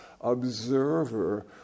observer